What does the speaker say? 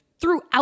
throughout